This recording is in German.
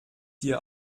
dir